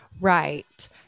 Right